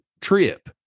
trip